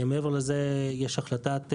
מעבר לזה, יש החלטת ממשלה,